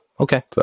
Okay